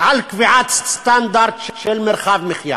על קביעת סטנדרט של מרחב מחיה,